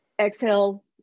exhale